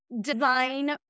design